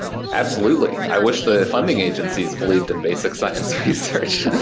absolutely. i with the funding agencies believed in basic science research.